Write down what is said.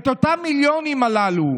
הייתי מצפה שאת אותם המיליונים הללו,